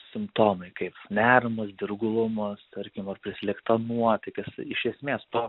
simptomai kaip nerimas dirglumas tarkim ar prislėgta nuotaika iš esmės to